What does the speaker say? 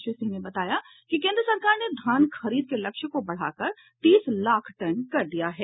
श्री सिंह ने बताया कि केन्द्र सरकार ने धान खरीद के लक्ष्य को बढ़ाकर तीस लाख टन कर दिया है